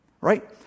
right